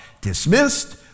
dismissed